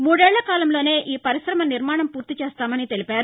మూడేళ్ల కాలంలోనే ఈ పరిశ్రమ నిర్మాణం పూర్తి చేస్తామని తెలిపారు